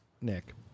nick